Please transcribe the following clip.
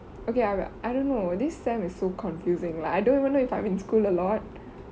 okay uh I don't know this sem is so confusing like I don't even know if I'm in school alot